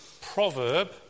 proverb